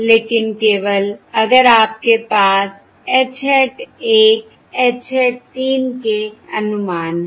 लेकिन केवल अगर आपके पास H hat 1 H hat 3 के अनुमान है